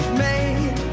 made